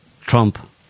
Trump